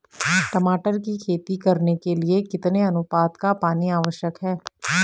टमाटर की खेती करने के लिए कितने अनुपात का पानी आवश्यक है?